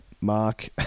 Mark